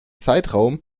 zeitraum